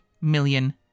million